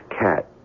Cat